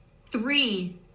Three